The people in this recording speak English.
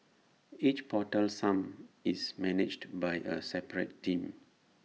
each portal sump is managed by A separate team